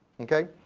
okay?